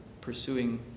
pursuing